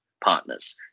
partners